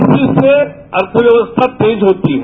इसी से अर्थव्यवस्था तेज होती है